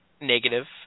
negative